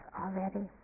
already